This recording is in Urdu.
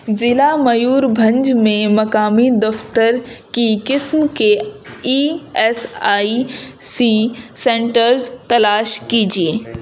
ضلع میوربھنج میں مقامی دفتر کی قسم کے E S I C centres تلاش کیجیے